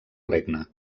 regne